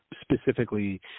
specifically